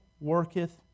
worketh